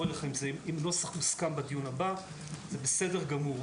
אליך עם נוסח מוסכם בדיון הבא זה בסדר גמור.